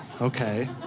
Okay